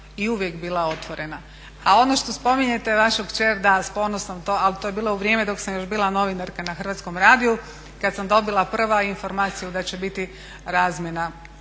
i uvijek bila otvorena. A ono što spominjete vašu kćer, da, s ponosom to, ali to je bilo u vrijeme dok sam još bila novinarka na Hrvatskom radiju, kad sam dobila prva informaciju da će biti razmjena